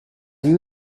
you